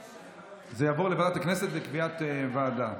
בעד,